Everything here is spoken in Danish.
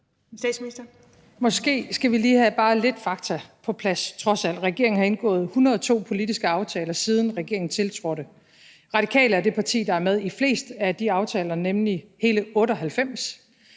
Frederiksen): Måske skal vi bare have lidt fakta på plads – trods alt. Regeringen har indgået 102 politiske aftaler, siden regeringen tiltrådte. Radikale er det parti, der er med i flest af de aftaler, nemlig hele 98,